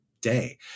day